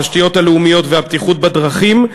התשתיות הלאומיות והבטיחות בדרכים,